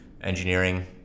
engineering